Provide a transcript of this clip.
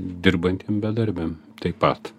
dirbantiem bedarbiam taip pat